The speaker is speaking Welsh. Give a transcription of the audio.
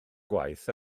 gwaith